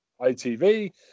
ITV